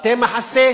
בתי-מחסה.